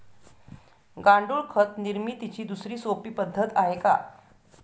गांडूळ खत निर्मितीची दुसरी सोपी पद्धत आहे का?